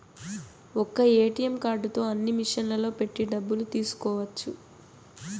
ఒక్క ఏటీఎం కార్డుతో అన్ని మిషన్లలో పెట్టి డబ్బులు తీసుకోవచ్చు